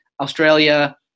Australia